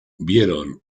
vieron